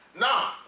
Now